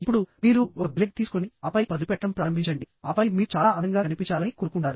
ఇప్పుడు మీరు ఒక బ్లేడ్ తీసుకొని ఆపై పదును పెట్టడం ప్రారంభించండి ఆపై మీరు చాలా అందంగా కనిపించాలని కోరుకుంటారు